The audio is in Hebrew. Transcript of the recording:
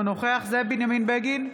אינו נוכח זאב בנימין בגין,